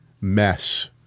mess